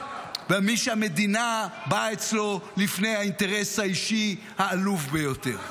מי שהמדינה באה אצלו לפני האינטרס האישי העלוב ביותר.